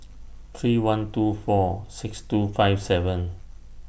three one two four six two five seven